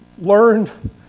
learned